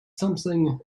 something